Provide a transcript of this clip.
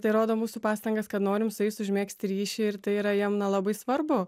tai rodo mūsų pastangas kad norim su jais užmegzti ryšį ir tai yra jam na labai svarbu